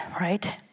right